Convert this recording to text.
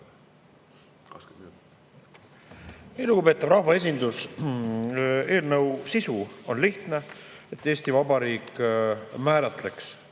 Lugupeetav rahvaesindus! Eelnõu sisu on lihtne: Eesti Vabariik määratleks